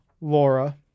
Laura